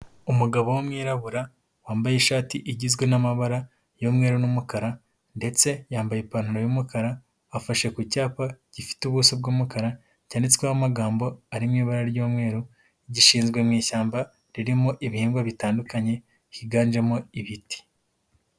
Umugabo w'umwirabura wambaye ishati igizwe n'amabara y'umweru n'umukara ndetse yambaye ipantaro y'umukara, afashe ku cyapa gifite ubuso bw'umukara cyanditsweho amagambo ari mu ibara ry'umweru, gishyizwe mu ishyamba ririmo ibihingwa bitandukanye higanjemo ibiti.